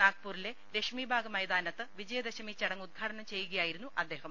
നാഗ്പൂരിലെ രഷ്മിബാഗ് മൈതാന്ത്ത് വിജയദശമി ചടങ്ങ് ഉദ്ഘാടനം ചെയ്യുകയായിരുന്നു അദ്ദേഹം